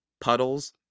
puddles